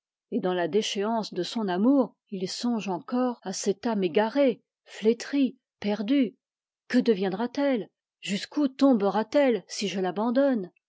et dans la déchéance de son amour il songe encore à cette âme perdue que deviendra t elle jusqu'où tombera t elle si je l'abandonne